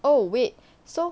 oh wait so